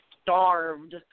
starved